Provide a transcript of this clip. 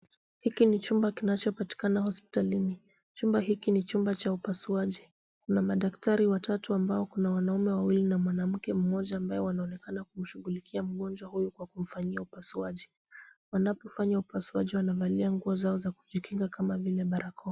Hiki ni chumba kinachopatikana hospitalini. Chumba hiki ni chumba cha upasuaji. Kuna madakari watatu ambao kuna wanaume wawili na mwanamke mmoja ambaye wanaonekana kumshughulikia mgonjwa huyu kwa kumfanyia upasuaji. Wanapofanya upasuaji wanavalia nguo zao za kujikinga kama vile barakoa.